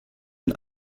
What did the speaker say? ein